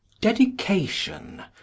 Dedication